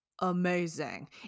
amazing